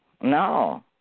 no